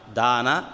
dana